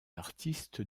artiste